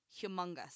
humongous